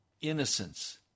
Innocence